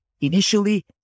initially